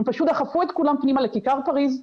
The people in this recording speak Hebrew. הם פשוט דחפו את כולם פנימה לכיכר פריז,